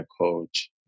coach